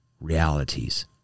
realities